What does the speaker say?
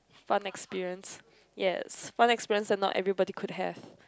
fun experience yes fun experience that not everybody could have